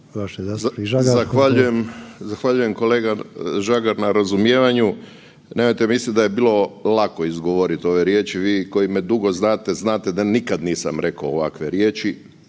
Zahvaljujem kolega Žagar na razumijevanju. Nemojte misliti da je bilo lako izgovoriti ove riječi. Vi koji me dugo znate, znate da nikad nisam rekao ovakve riječi,